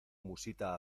musita